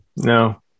No